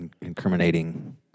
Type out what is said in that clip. incriminating